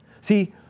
See